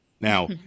Now